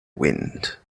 wind